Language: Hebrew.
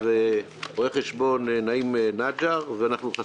פריון העבודה בישראל נמוך יחסית,